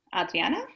Adriana